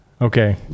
Okay